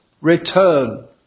return